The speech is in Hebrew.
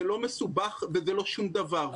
זה לא מסובך וזה לא שום דבר.